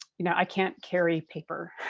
you know, i can't carry paper.